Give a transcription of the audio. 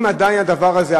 אם עדיין הדבר הזה,